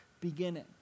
beginning